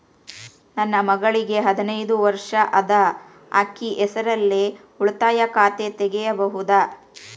ನನ್ನ ಮಗಳಿಗೆ ಹದಿನೈದು ವರ್ಷ ಅದ ಅಕ್ಕಿ ಹೆಸರಲ್ಲೇ ಉಳಿತಾಯ ಖಾತೆ ತೆಗೆಯಬಹುದಾ?